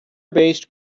based